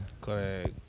Correct